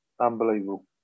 unbelievable